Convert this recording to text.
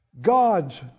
God's